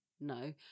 No